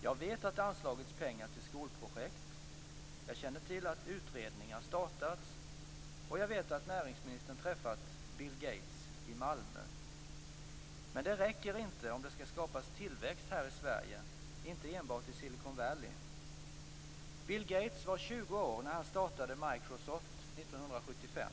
Jag vet att det har anslagits pengar till skolprojekt, jag känner till att utredningar har startats, och jag vet att näringsministern har träffat Bill Gates i Malmö. Men det räcker inte om det skall skapas tillväxt här i Sverige och inte enbart i Silicon Valley. Bill Gates var 20 år när han startade Microsoft 1975.